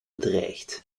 bedreigt